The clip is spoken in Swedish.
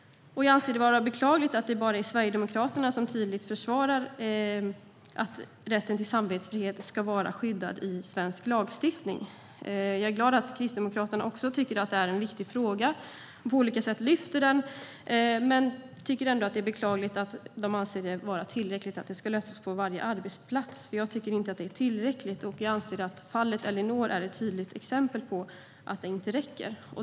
Jag anser det vara beklagligt att det bara är Sverigedemokraterna som tydligt försvarar att rätten till samvetsfrihet ska vara skyddad i svensk lagstiftning. Jag är glad att Kristdemokraterna också tycker att det är en viktig fråga och på olika sätt lyfter den, men jag tycker ändå att det är beklagligt att de anser det vara tillräckligt att det ska lösas på varje arbetsplats. Jag tycker inte att det är tillräckligt. Jag anser att fallet Ellinor är ett tydligt exempel på att det inte räcker.